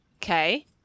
Okay